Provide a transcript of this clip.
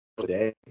today